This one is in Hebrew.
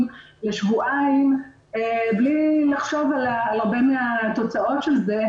לשבועיים בלי לחשוב על הרבה מהתוצאות של זה,